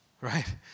Right